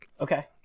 okay